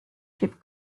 chip